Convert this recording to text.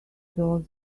dollars